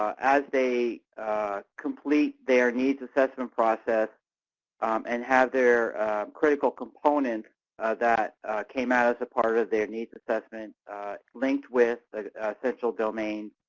as they complete their needs assessment process and have their critical component that came out as a part of their needs assessment linked with a central domain,